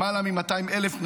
למעלה מ-200,000 נפלו,